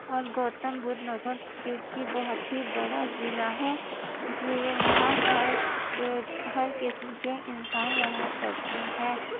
اور گوتم بدھ نگر کیوں کہ بہت ہی بڑا ضلع ہے اس لیے وہاں ہر ہر قسم کے انسان رہا کرتے ہیں